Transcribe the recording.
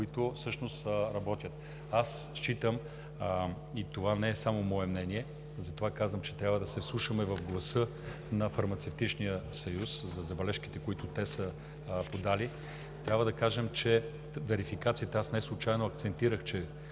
които всъщност работят. Считам, а и това не е само мое мнение, затова казвам да се вслушваме в гласа на Фармацевтичния съюз за забележките, които те са подали, и трябва да кажем за верификациите – аз неслучайно акцентирах,